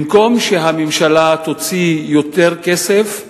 במקום שהממשלה תוציא יותר כסף,